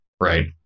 right